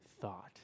thought